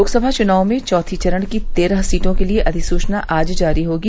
लोकसभा चुनाव में चौथी चरण की तेरह सीटो के लिए अधिसूचना आज जारी होगी